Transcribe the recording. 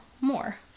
more